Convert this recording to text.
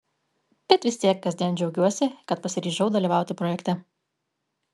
bet vis tiek kasdien džiaugiuosi kad pasiryžau dalyvauti projekte